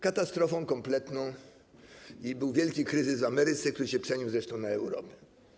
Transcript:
Katastrofą kompletną i był wielki kryzys w Ameryce, który przeniósł się zresztą na Europę.